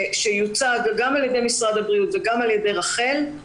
שיוצג גם על ידי משרד הבריאות וגם על ידי רח"ל.